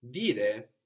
Dire